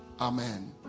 amen